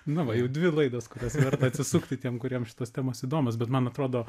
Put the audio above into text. na va jau dvi laidos kurias verta atsisukti tiems kuriems šitos temos įdomios bet man atrodo